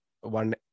one